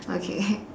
okay